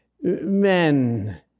men